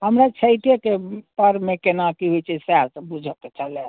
हमरा छठिके पर्वमे कोना की होइ छै सएह बुझैके छलै